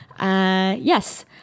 Yes